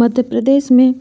मध्य प्रदेश में